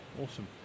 Awesome